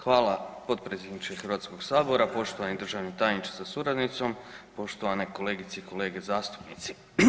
Hvala potpredsjedniče Hrvatskog sabora, poštovani državni tajniče sa suradnicom, poštovane kolegice i kolege zastupnici.